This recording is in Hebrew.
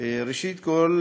ראשית כול,